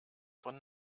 von